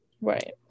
right